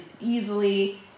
easily